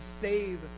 save